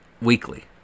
weekly